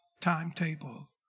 timetable